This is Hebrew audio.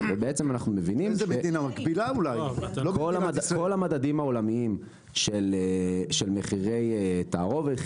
כל המדדים העולמיים של מחירי תערובת,